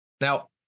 Now